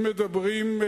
אם מדברים,